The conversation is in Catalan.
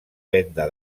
venda